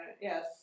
Yes